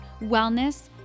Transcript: wellness